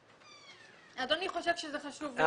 אדוני חושב שזה חשוב.